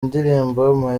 indirimbo